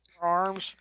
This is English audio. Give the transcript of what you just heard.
arms